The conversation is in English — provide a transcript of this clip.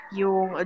yung